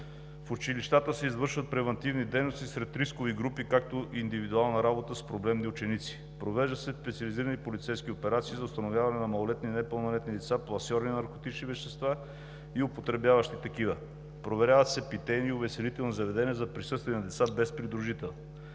В училищата се извършват превантивни дейности сред рискови групи, както и индивидуална работа с проблемни ученици. Провеждат се специализирани полицейски операции за установяване на малолетни и непълнолетни лица, пласьори на наркотични вещества и употребяващи такива. Проверяват се питейни и увеселителни заведения за присъствие на деца без придружител.